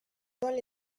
pendant